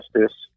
justice